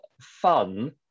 fun